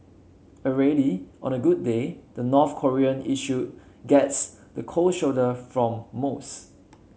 already on a good day the North Korean issue gets the cold shoulder from most